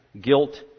guilt